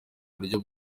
buryo